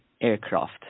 aircraft